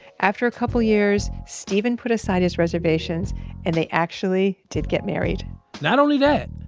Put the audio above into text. after a couple years, steven put aside his reservations and they actually did get married not only that,